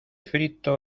frito